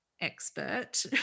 expert